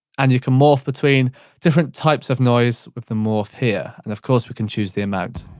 and you can morph between different types of noise with the morph here. and of course, we can choose the amount.